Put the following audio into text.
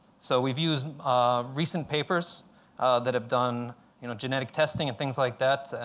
so we've used recent papers that have done you know genetic testing and things like that,